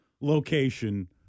location